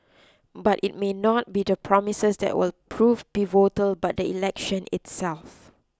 but it may not be the promises that will prove pivotal but the election itself